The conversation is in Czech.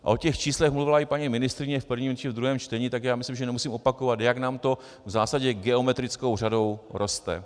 O těch číslech mluvila i paní ministryně v prvním či v druhém čtení, takže já myslím, že nemusím opakovat, jak nám to v zásadě geometrickou řadou roste.